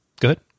Good